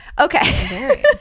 Okay